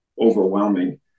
overwhelming